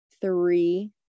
three